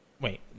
Wait